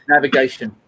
Navigation